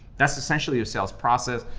that's essentially a sales process,